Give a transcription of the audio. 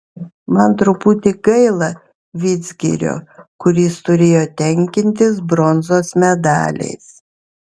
man truputį gaila vidzgirio kuris turėjo tenkintis bronzos medaliais